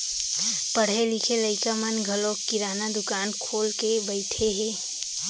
पढ़े लिखे लइका मन घलौ किराना दुकान खोल के बइठे हें